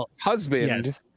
husband